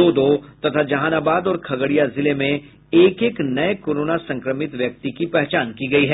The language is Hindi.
दो दो तथा जहानाबाद और खगड़िया जिलों में एक एक नये कोरोना संक्रमित व्यक्ति की पहचान की गयी है